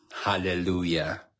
Hallelujah